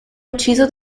ucciso